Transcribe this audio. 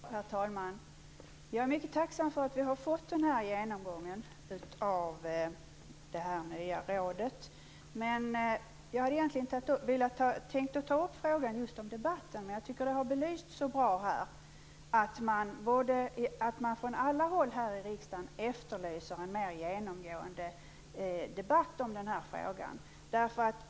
Herr talman! Jag är mycket tacksam för att vi har fått den här genomgången av det nya rådet. Jag hade egentligen tänkt att ta upp frågan om debatten, men jag tycker att det har belysts så bra att man från alla håll här i riksdagen efterlyser en mer genomgående debatt om den här frågan.